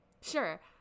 Sure